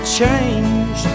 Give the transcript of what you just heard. change